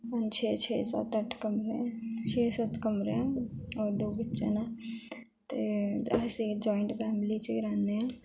छे छे सत्त अट्ठ कमरे न छे सत्त कमरे न होर दो च न ते अस जाइंट फैमिली च गे रैह्ने आ